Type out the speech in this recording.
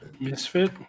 Misfit